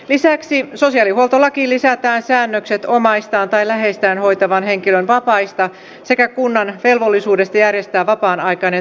lisäksi sosiaalihuoltolakiin lisätään säännökset omaistaan tai läheistään hoitavan henkilön vapaista sekä kunnan velvollisuudesta järjestää vapaan aikainen tarkoituksenmukainen sijaishoito